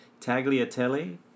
Tagliatelle